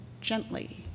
gently